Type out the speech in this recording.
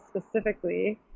specifically